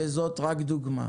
וזאת רק דוגמה.